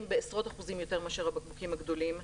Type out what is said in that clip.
בעשרות אחוזים יותר מאשר הבקבוקים הגדולים,